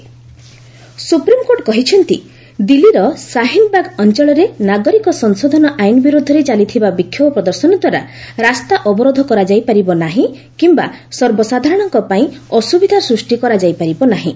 SC Shaheen Bagh supreme court କହିଛନ୍ତି ଦିଲ୍ଲୀର ସାହିନବାଗ ଅଞ୍ଚଳରେ ନାଗରିକ ସଂଶୋଧନ ଆଇନ ବିରୁଦ୍ଧରେ ଚାଲିଥିବା ବିକ୍ଷୋଭ ପ୍ରଦର୍ଶନ ଦ୍ୱାରା ରାସ୍ତା ଅବରୋଧ କରାଯାଇ ପାରିବ ନାହିଁ କିମ୍ବା ସର୍ବସାଧାରଣଙ୍କ ପାଇଁ ଅସୁବିଧା ସୃଷ୍ଟି କରାଯାଇ ପାରିବ ନାହିଁ